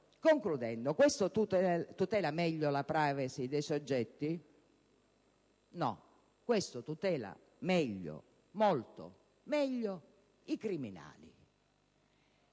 Concludendo, questo tutela meglio la *privacy* dei soggetti? No. Questo tutela meglio, molto meglio, i criminali.